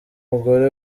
umugore